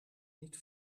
niet